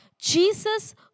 Jesus